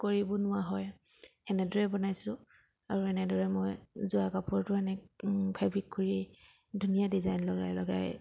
কৰিব বনোৱা হয় তেনেদৰে বনাইছোঁ আৰু এনেদৰে মই যোৱা কাপোৰটো এনে ফেব্ৰিক কৰিয়েই ধুনীয়া ডিজাইন লগাই লগাই